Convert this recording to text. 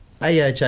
AHA